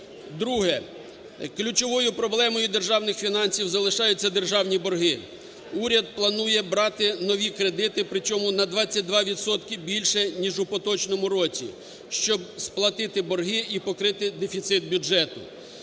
Друге. Ключовою проблемою державних фінансів залишаються державні борги. Уряд планує брати нові кредити, причому на 22 відсотки більше ніж у поточному році, щоб сплатити борги і покрити дефіцит бюджету.